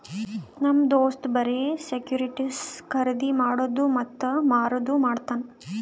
ನಮ್ ದೋಸ್ತ್ ಬರೆ ಸೆಕ್ಯೂರಿಟಿಸ್ ಖರ್ದಿ ಮಾಡಿದ್ದು ಮತ್ತ ಮಾರದು ಮಾಡ್ತಾನ್